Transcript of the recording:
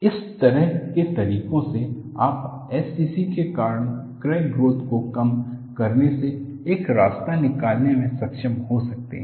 इस तरह के तरीकों से आप SCC के कारण क्रैक ग्रोथ को कम करने से एक रास्ता निकालने में सक्षम हो सकते हैं